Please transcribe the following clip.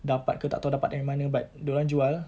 dapat ke tak tahu dapat dari mana but dia orang jual lah